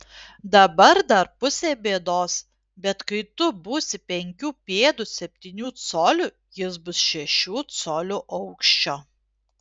dabar dar pusė bėdos bet kai tu būsi penkių pėdų septynių colių jis bus šešių colių aukščio